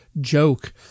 joke